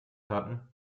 hatten